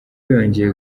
yongeye